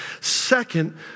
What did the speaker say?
Second